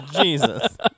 Jesus